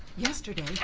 yesterday,